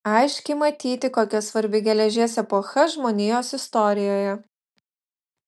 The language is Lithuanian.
aiškiai matyti kokia svarbi geležies epocha žmonijos istorijoje